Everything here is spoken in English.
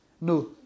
No